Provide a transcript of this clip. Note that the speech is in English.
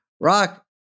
Rock